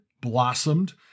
blossomed